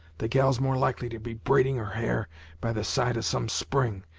the gal's more likely to be braiding her hair by the side of some spring,